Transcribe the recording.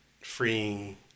freeing